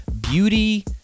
Beauty